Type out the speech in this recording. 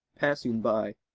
passing by,